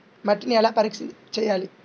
మట్టిని ఎలా పరీక్ష చేయాలి?